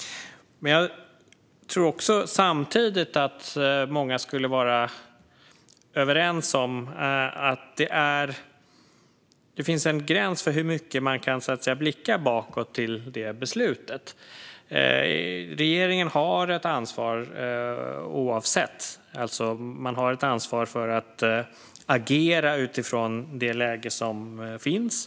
Jag tror dock samtidigt att många skulle vara överens om att det finns en gräns för hur mycket man kan blicka bakåt på det beslutet. Oavsett det har regeringen ett ansvar för att agera utifrån det läge som råder.